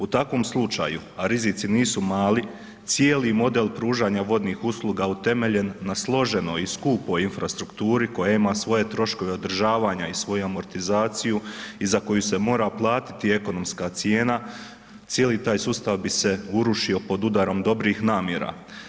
U takvom slučaju, a rizici nisu mali, cijeli model pružanja vodnih usluga utemeljen na složenoj i skupoj infrastrukturi koja ima svoje troškove održavanja i svoju amortizaciju i za koju se mora platiti ekonomska cijena, cijeli taj sustav bi se urušio pod udarom dobrih namjera.